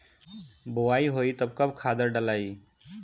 बोआई होई तब कब खादार डालाई?